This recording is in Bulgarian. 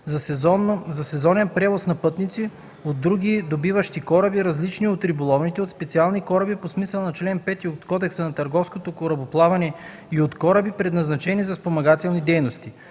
за сезонен превоз на пътници, от други добиващи кораби, различни от риболовните, от специални кораби по смисъла на чл. 5 от Кодекса на търговското корабоплаване и от кораби, предназначени за спомагателни дейности.